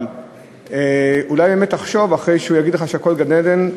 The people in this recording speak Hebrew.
אבל אולי באמת תחשוב אחרי שהוא יגיד לך שהכול גן-עדן,